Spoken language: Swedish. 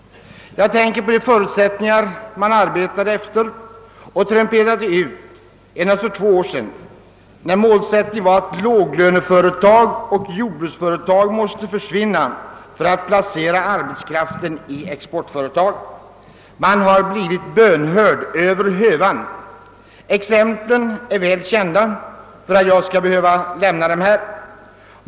Jag tänker på de förutsättningar man arbetade efter och trumpetade ut för endast två år sedan, när målsättningen var att låglöneföretag och jordbruksföretag skulle försvinna för att arbetskraften skulle kunna placeras i exportföretag. Man har blivit bönhörd över hövan. Förhållandena är för väl kända för att jag skall behöva ge några exempel.